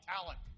talent